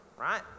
right